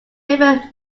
river